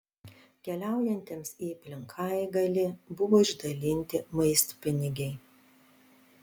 keliaujantiems į plinkaigalį buvo išdalinti maistpinigiai